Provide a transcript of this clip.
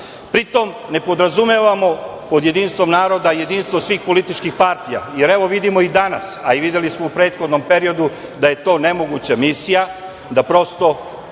Pri tom, ne podrazumevamo pod jedinstvom naroda, jedinstvo svih političkih partija. Jer, evo vidimo i danas, a videli smo u prethodnom periodu da je to nemoguća misija, da prosto,